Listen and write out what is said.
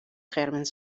schermen